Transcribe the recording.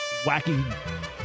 wacky